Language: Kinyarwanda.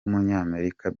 umunyamerika